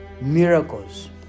miracles